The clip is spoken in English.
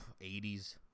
80s